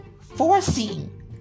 forcing